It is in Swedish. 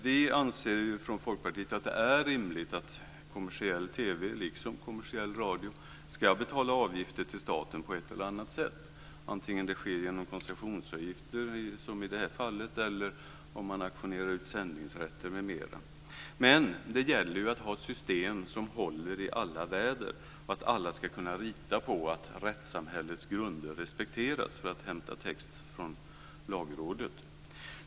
Vi anser från Folkpartiet att det är rimligt att kommersiell TV liksom kommersiell radio ska betala avgifter till staten på ett eller annat sätt, antingen genom koncessionsavgift som i detta fall eller genom att man auktionerar sändningsrätter m.m. Men det gäller ju att ha ett system som håller i alla väder och att alla ska kunna lita på att rättssamhällets grunder respekteras, för att hämta text från Lagrådet.